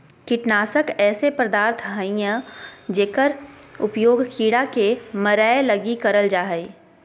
कीटनाशक ऐसे पदार्थ हइंय जेकर उपयोग कीड़ा के मरैय लगी करल जा हइ